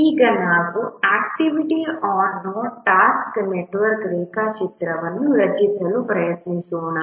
ಈಗ ನಾವು activity on node task network ರೇಖಾಚಿತ್ರವನ್ನು ರಚಿಸಲು ಪ್ರಯತ್ನಿಸೋಣ